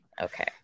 Okay